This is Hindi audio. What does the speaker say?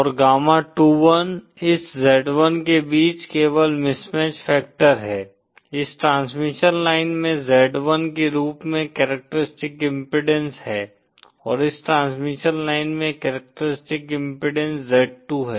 और गामा21 इस z1 के बीच केवल मिसमैच फैक्टर है इस ट्रांसमिशन लाइन में z1 के रूप में करैक्टरिस्टिक्स इम्पीडेन्स है और इस ट्रांसमिशन लाइन में करैक्टरिस्टिक्स इम्पीडेन्स z2 है